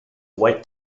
white